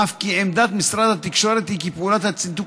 אף כי עמדת משרד התקשורת היא שפעולת הצנתוק